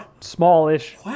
smallish